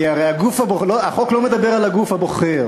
כי החוק לא מדבר על הגוף הבוחר,